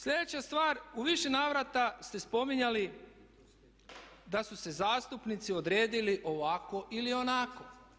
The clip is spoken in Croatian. Sljedeća stvar, u više navrata ste spominjali da su se zastupnici odredili ovako ili onako.